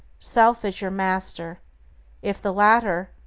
self is your master if the latter,